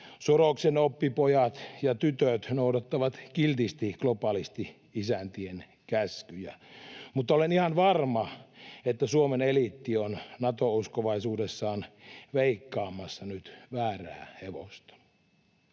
Soroksen oppipojat ja ‑tytöt noudattavat kiltisti globalisti-isäntien käskyjä, mutta olen ihan varma, että Suomen eliitti on Nato-uskovaisuudessaan veikkaamassa nyt väärää hevosta.